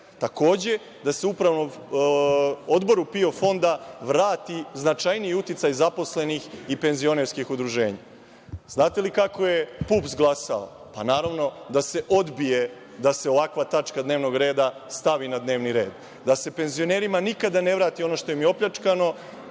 takođe, da se Upravnom odboru PIO fonda vrati značajniji uticaj zaposlenih i penzionerskih udruženja. Znate li kako je PUPS glasao? Pa, naravno, da se odbije da se ovakva tačka dnevnog reda stavi na dnevni red. Da se penzionerima nikada ne vrati ono što im je opljačkano,